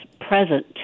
present